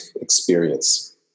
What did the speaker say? experience